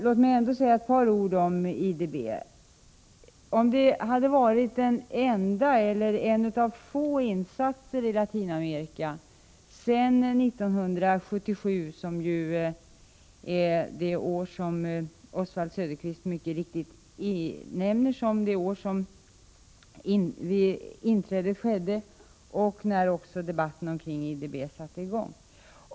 Låt mig ändå säga ett par ord om IDB. Oswald Söderqvist nämner mycket riktigt att Sveriges inträde i IDB skedde 1977, och då satte också debatten om IDB i gång.